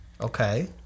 okay